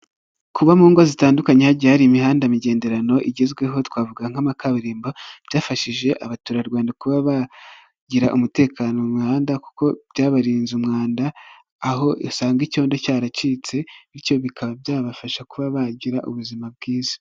Kuba mu ngo zitandukanye hagiye hari imihanda migenderano igezweho, twavuga nk'ama kabarimbo byafashije abaturarwanda kuba bagira umutekano mu mihanda kuko byabarinze umwanda, aho usanga icyondo cyaracitse bityo bikaba byabafasha kuba bagira ubuzima bwiza.